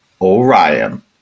Orion